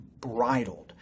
bridled